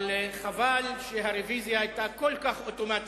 אבל חבל שהרוויזיה היתה כל כך אוטומטית,